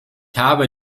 habe